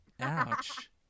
Ouch